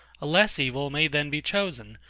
a less evil may then be chosen,